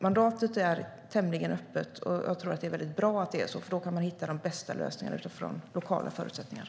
Mandatet är tämligen öppet, och jag tror att det är väldigt bra. Då kan man hitta de bästa lösningarna utifrån lokala förutsättningar.